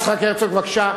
יצחק הרצוג, בבקשה.